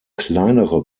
kleinere